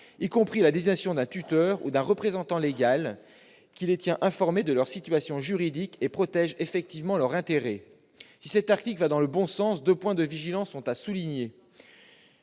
y compris la désignation d'un tuteur ou d'un représentant légal, qui les tient informés de leur situation juridique et protège effectivement leurs intérêts ». Si cet article va dans le bon sens, il convient d'être vigilant sur